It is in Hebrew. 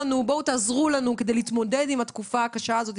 תעזרו לנו להתמודד עם התקופה הקשה הזו.